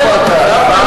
איפה אתה?